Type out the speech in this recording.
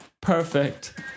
Perfect